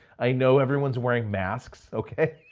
i know everyone's wearing masks, okay.